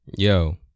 Yo